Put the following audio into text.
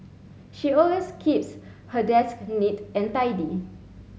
she always keeps her desk neat and tidy